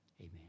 Amen